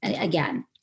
again